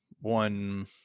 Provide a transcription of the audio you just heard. one